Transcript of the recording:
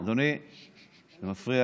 אמרות